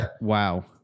Wow